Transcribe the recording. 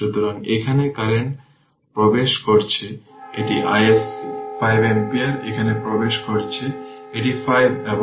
সুতরাং 4 04 e এর power 5 t তাই V 16 t 0 এর জন্য 5 t ভোল্ট